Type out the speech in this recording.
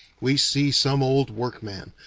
we see some old work-man,